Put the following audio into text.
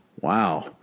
Wow